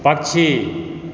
पक्षी